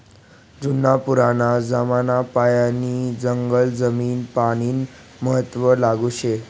जुना पुराना जमानापायीन जंगल जमीन पानीनं महत्व लागू शे